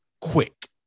quick